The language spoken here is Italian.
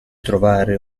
trovare